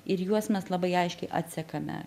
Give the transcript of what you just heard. ir juos mes labai aiškiai atsekame